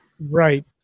Right